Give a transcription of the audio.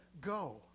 Go